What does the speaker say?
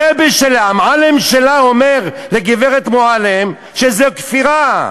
הרבי שלה, מועלם שלה, אומר לגברת מועלם שזו כפירה.